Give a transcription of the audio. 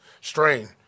Strain